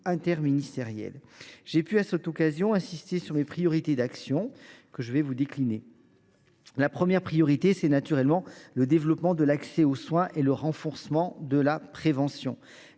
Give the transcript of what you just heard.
interministériel. J’ai pu, à cette occasion, insister sur mes priorités d’action, que je vais décliner devant vous. La première priorité est le développement de l’accès aux soins et le renforcement de la prévention.